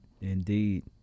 Indeed